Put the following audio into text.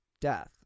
death